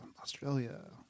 Australia